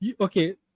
Okay